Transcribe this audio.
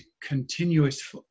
continuous